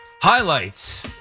highlights